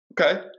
Okay